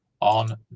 on